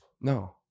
No